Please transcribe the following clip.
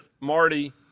Marty –